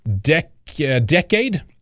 decade